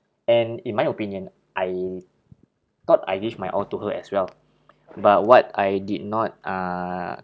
and in my opinion I thought I give my all to her as well but what I did not uh